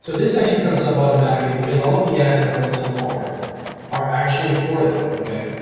so this actually comes up automatically because all of the ads i've run so far are actually for that, okay?